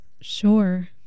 sure